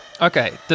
Okay